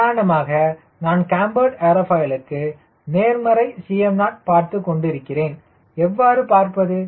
உதாரணமாக நான் கேம்பர்டு ஏர்ஃபாயிலுக்கு நேர்மறை Cmo பார்த்துக் கொண்டிருக்கிறேன் எவ்வாறு பார்ப்பது